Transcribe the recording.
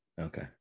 Okay